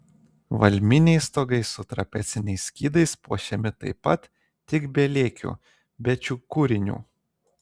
valminiai stogai su trapeciniais skydais puošiami taip pat tik be lėkių be čiukurinių